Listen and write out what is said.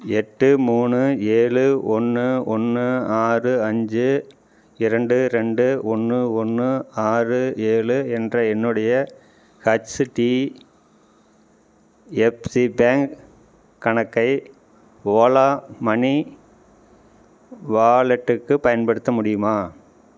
எட்டு மூணு ஏழு ஒன்று ஒன்று ஆறு அஞ்சு இரண்டு ரெண்டு ஒன்று ஒன்று ஆறு ஏழு என்ற என்னுடைய ஹச்டிஎஃப்சி பேங்க் கணக்கை ஓலா மனி வாலெட்டுக்கு பயன்படுத்த முடியுமா